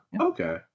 Okay